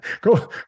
go